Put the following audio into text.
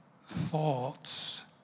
thoughts